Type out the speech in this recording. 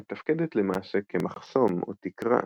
מתפקדת למעשה כ"מחסום" או "תקרה",